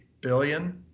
billion